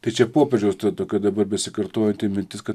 tai čia popiežiaus ta tokia dabar besikartojanti mintis kad